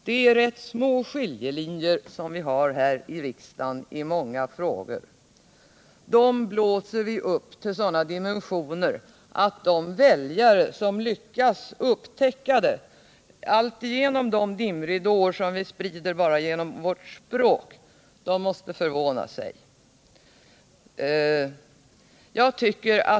Det är rätt små skiljaktigheter vi har här i riksdagen i många frågor. Dem blåser vi upp till sådana dimensioner att de väljare som lyckas upptäcka det genom de dimridåer vi sprider bara med vårt språk måste förvåna sig.